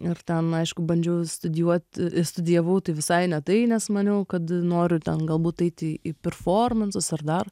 ir ten aišku bandžiau studijuot studijavau tai visai ne tai nes maniau kad noriu ten galbūt eiti į performansus ar dar